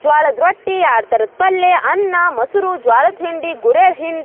ಜೋಳದ ರೊಟ್ಟಿ ಎರಡು ಥರದ ಪಲ್ಯ ಅನ್ನ ಮೊಸರು ಜೋಳದ ಹಿಂಡಿ ಗುರೆಳ್ಳು ಹಿಂಡಿ